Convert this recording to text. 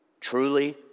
Truly